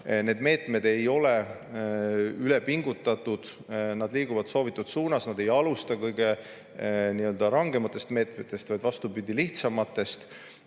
Need meetmed ei ole ülepingutatud. Nad liiguvad soovitud suunas. Ei alustata kõige rangematest meetmetest, vaid vastupidi, lihtsamatest.